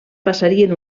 passarien